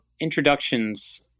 introductions